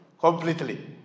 Completely